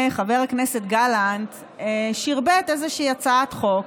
חבר הכנסת גלנט שרבט איזושהי הצעת חוק,